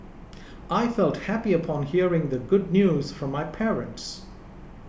I felt happy upon hearing the good news from my parents